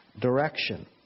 direction